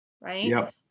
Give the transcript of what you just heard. right